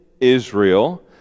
israel